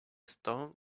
stone